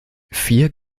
vier